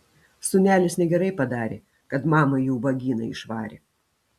sūnelis negerai padarė kad mamą į ubagyną išvarė